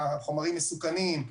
חומרים מסוכנים,